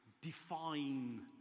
define